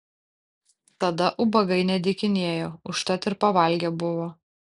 tada ubagai nedykinėjo užtat ir pavalgę buvo